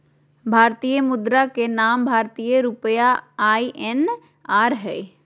भारतीय मुद्रा के नाम भारतीय रुपया आई.एन.आर हइ